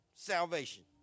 salvation